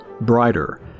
brighter